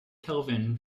kelvin